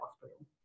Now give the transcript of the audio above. hospital